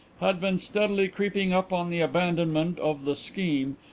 had been steadily creeping up on the abandonment of the scheme,